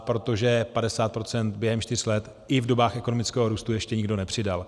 Protože 50 % během čtyř let i v dobách ekonomického růstu ještě nikdo nepřidal.